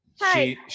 hi